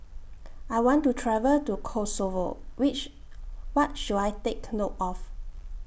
I want to travel to Kosovo Which What should I Take note of